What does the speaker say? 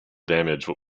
damage